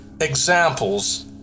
examples